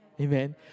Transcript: Amen